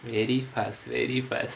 very fast very fast